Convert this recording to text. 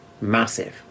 massive